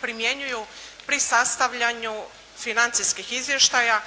primjenjuju pri sastavljanju financijskih izvještaja